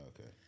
Okay